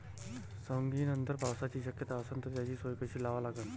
सवंगनीनंतर पावसाची शक्यता असन त त्याची सोय कशी लावा लागन?